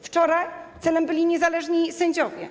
Wczoraj celem byli niezależni sędziowie.